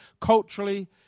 culturally